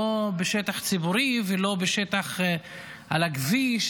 לא בשטח ציבורי ולא בשטח על כביש,